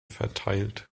verteilt